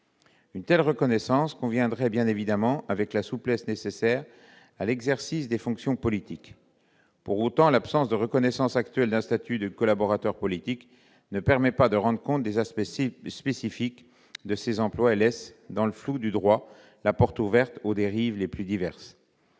Une telle reconnaissance contreviendrait bien évidemment à la souplesse nécessaire à l'exercice de fonctions politiques. Pour autant, l'absence de reconnaissance actuelle d'un statut du collaborateur politique ne permet pas de rendre compte des aspects spécifiques de ces emplois et laisse, dans le flou du droit, la porte ouverte aux dérives les plus diverses.